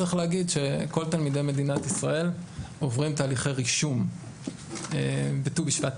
צריך להגיד שכל תלמידי מדינת ישראל עוברים תהליכי רישום בט"ו בשבט,